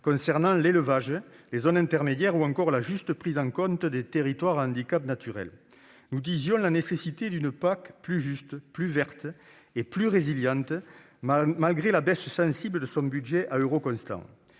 concernant l'élevage, les zones intermédiaires, ou encore la juste prise en compte des territoires à handicap naturel. Nous disions la nécessité d'une PAC plus juste, plus verte et plus résiliente, malgré la baisse sensible de son budget à euro constant.